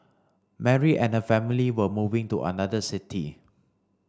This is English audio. Mary and her family were moving to another city